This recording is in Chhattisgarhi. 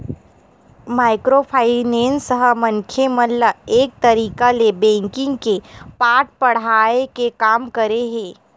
माइक्रो फायनेंस ह मनखे मन ल एक तरिका ले बेंकिग के पाठ पड़हाय के काम करे हे